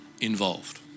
involved